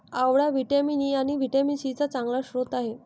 आवळा vitamin E आणि vitamin C चा चांगला स्रोत आहे